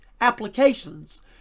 applications